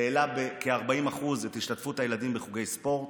זה העלה בכ-40% את השתתפות הילדים בחוגי ספורט.